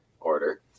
order